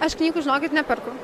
aš knygų žinokit neperku